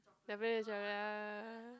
W_H lor ya